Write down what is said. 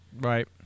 Right